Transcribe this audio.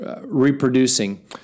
reproducing